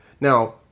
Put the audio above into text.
Now